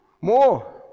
more